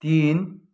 तिन